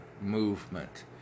movement